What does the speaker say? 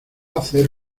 hacer